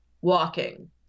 walking